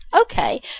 Okay